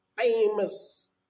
famous